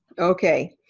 okay.